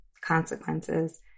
consequences